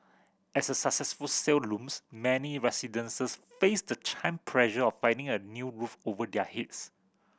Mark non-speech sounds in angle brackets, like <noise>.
as a successful sale looms many <unintelligible> face the time pressure of finding a new roof over their heads